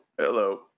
Hello